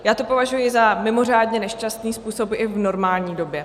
Já to považuji za mimořádně nešťastný způsob i v normální době.